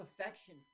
affection